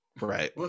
right